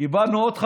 קיבלנו עוד חבילה,